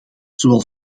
zowel